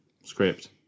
Script